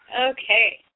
Okay